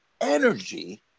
energy